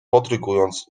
podrygując